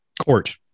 court